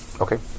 Okay